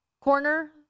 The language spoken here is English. corner